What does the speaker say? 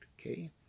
Okay